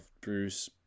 Bruce